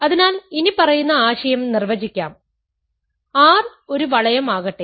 അതിനാൽ ഇനിപ്പറയുന്ന ആശയം നിർവചിക്കാം R ഒരു വളയം ആകട്ടെ